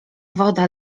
woda